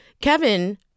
Kevin